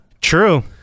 True